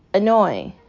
annoying